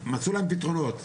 מצאו להם פתרונות,